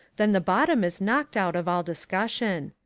then the bottom is knocked out of all discussion.